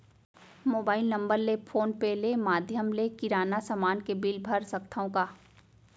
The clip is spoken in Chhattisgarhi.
मोबाइल नम्बर ले फोन पे ले माधयम ले किराना समान के बिल भर सकथव का?